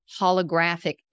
holographic